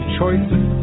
Choices